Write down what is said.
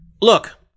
look